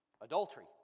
adultery